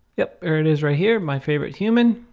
yep. there it is right here my favorite human